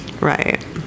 right